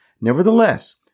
Nevertheless